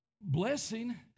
blessing